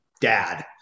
dad